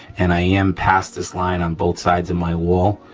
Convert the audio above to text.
and i am past this line on both sides of my wall.